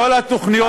כל התוכניות,